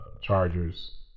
Chargers